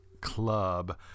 Club